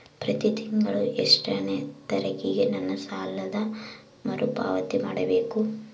ಪ್ರತಿ ತಿಂಗಳು ಎಷ್ಟನೇ ತಾರೇಕಿಗೆ ನನ್ನ ಸಾಲದ ಮರುಪಾವತಿ ಮಾಡಬೇಕು?